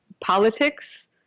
politics